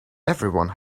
everyone